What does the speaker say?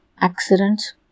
accidents